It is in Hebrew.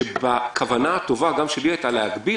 פה שבכוונה הטובה שגם לי הייתה להגביל,